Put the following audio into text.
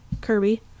Kirby